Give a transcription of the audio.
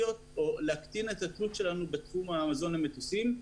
להקטין את התלות שלנו בתחום המזון למטוסים.